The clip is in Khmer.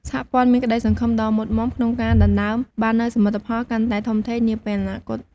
សហព័ន្ធមានក្តីសង្ឃឹមដ៏មុតមាំក្នុងការដណ្ដើមបាននូវសមិទ្ធផលកាន់តែធំធេងនាពេលអនាគត។